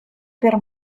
per